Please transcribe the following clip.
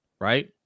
right